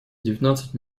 девятнадцать